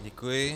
Děkuji.